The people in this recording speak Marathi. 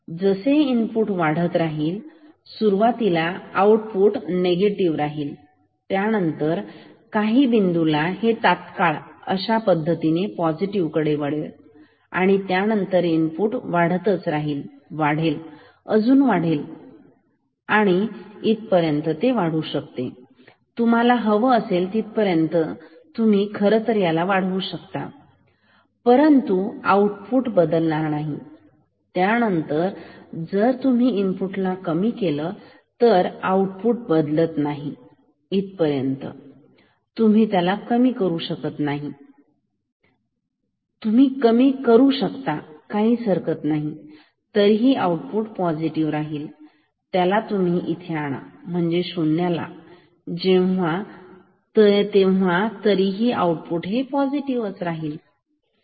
जसे इनपुट वाढत राहील सुरुवातीला आउटपुट निगेटिव्ह राहील त्यानंतर काही बिंदूला ते तात्काळ अशा पद्धतीने पॉझिटिव कडे वळेल आणि त्यानुसार इनपुट वाढत राहील वाढेल वाढेल अजून वाढेल जीत पर्यंत वाढू शकते तुम्हाला हवा असेल तिथपर्यंत तुम्ही खरं तर ह्याला वाढवू शकता परंतु आउटपुट बदलणार नाही त्यानंतर जर तुम्ही इनपुटला कमी केले तर आऊटपुट बदलत नाही पर्यंत तुम्ही त्याला कमी करू शकता काही हरकत नाही तरीही आउटपुट पॉझिटिव्ह राहील त्याला तुम्ही इथे आणा म्हणजे शून्याला तेव्हा तरीही आउटपुट पॉझिटिव्ह राहील